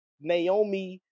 naomi